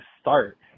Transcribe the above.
start